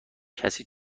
کسی